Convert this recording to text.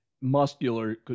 muscular